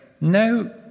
no